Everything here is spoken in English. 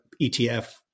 ETF